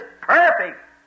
perfect